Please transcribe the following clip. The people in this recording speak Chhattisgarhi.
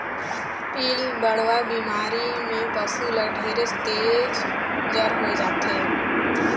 पिलबढ़वा बेमारी में पसु ल ढेरेच तेज जर होय जाथे